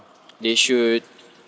they should